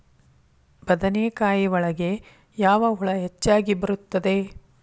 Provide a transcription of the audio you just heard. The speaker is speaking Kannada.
ಬದನೆಕಾಯಿ ಒಳಗೆ ಯಾವ ಹುಳ ಹೆಚ್ಚಾಗಿ ಬರುತ್ತದೆ?